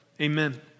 Amen